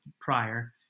prior